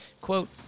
Quote